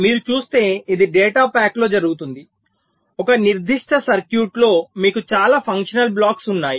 మీరు చుస్తే ఇది డేటా ప్యాక్లో జరుగుతుంది ఒక నిర్దిష్ట సర్క్యూట్లో మీకు చాలా ఫంక్షనల్ బ్లాక్స్ ఉన్నాయి